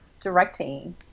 directing